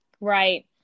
Right